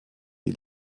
wie